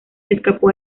escapó